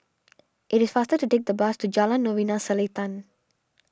it is faster to take the bus to Jalan Novena Selatan